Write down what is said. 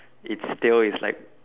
it's tail is like